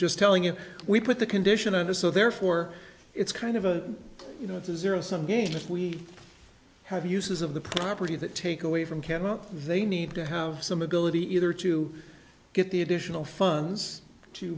just telling you we put the condition under so therefore it's kind of a you know it's a zero sum game if we have uses of the property that take away from cannot they need to have some ability either to get the additional funds to